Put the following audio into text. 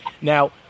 Now